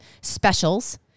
specials